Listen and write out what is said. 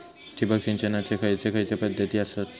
ठिबक सिंचनाचे खैयचे खैयचे पध्दती आसत?